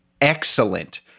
excellent